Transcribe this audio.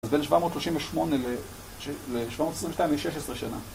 אז בין 738 ל-722 היא 16 שנה.